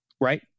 right